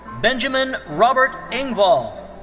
benjamin robert engwall.